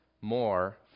more